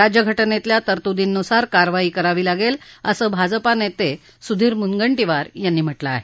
राज्यघटनेतल्या तरतुदींनुसार कारवाई करावी लागे असं भाजपा नेते सुधीर मुनगंटीवार यांनी म्हटलं आहे